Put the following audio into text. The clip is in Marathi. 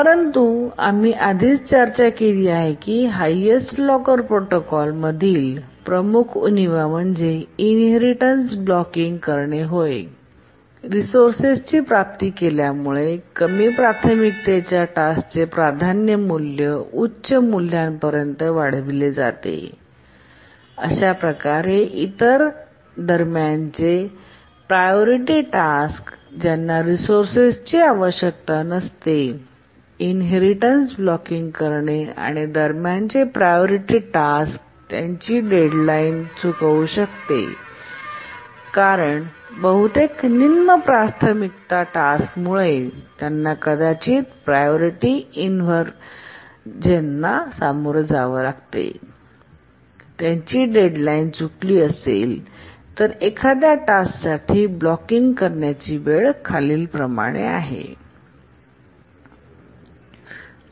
परंतु आम्ही आधीच चर्चा केली आहे की हायेस्ट लॉकर प्रोटोकॉल मधील प्रमुख उणीवा म्हणजे इनहेरिटेन्स ब्लॉकिंग रिसोर्सेसची प्राप्ती करणे होय